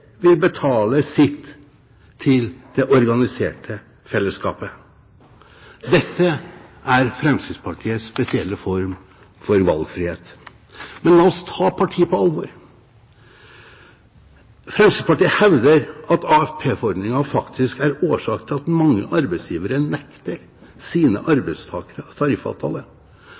sitt til det organiserte fellesskapet. Dette er Fremskrittspartiets spesielle form for valgfrihet. Men la oss ta partiet på alvor. Fremskrittspartiet hevder at AFP-ordningen faktisk er årsaken til at mange arbeidsgivere nekter sine arbeidstakere tariffavtale